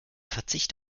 verzicht